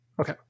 Okay